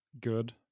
good